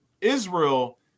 Israel